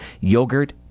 yogurt